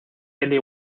eli